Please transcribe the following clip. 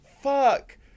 Fuck